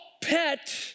pet